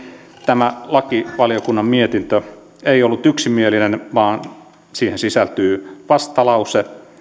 tämä lakivaliokunnan mietintö ei ollut yksimielinen vaan siihen sisältyy vastalause